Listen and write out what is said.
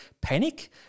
panic